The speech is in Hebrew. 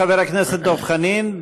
חבר הכנסת דב חנין,